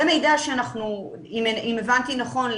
אם הבנתי נכון,